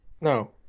No